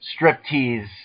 Striptease